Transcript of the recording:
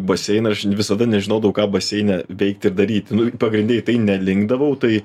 baseiną aš visada nežinodavau ką baseine veikt ir daryt nu pagrinde į tai nelinkdavau tai